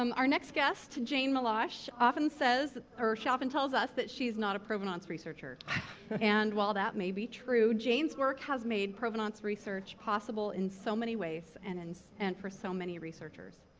um our next guest, jane milosh, often says, or schaffen tells us, that she's not a provenance researcher and, while that may be true, jane's work has made provenance research possible in so many ways and and so and for so many researchers.